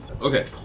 Okay